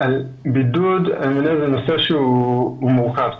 בידוד הוא נושא מורכב.